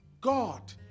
God